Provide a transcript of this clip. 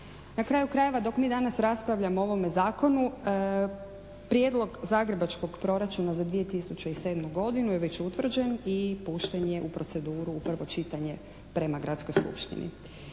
Na kraju krajeva dok mi danas raspravljamo o ovome Zakonu prijedlog zagrebačkog proračuna za 2007. godinu je već utvrđen i pušten je u proceduru u prvo čitanje prema gradskoj skupštini.